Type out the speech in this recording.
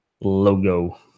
logo